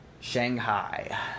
Shanghai